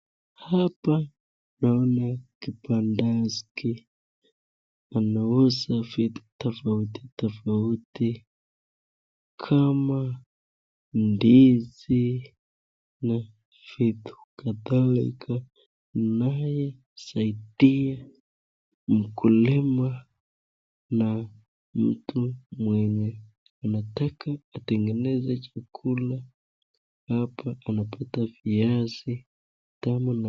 Hapa naona kibandaski anauza vitu tofauti tofauti kama: ndizi, na vitu kadhalika inayosaidia mkulima n amu mwenye anataka kutengeneza chakula hapa unapata viazi tamu na.